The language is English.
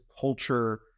culture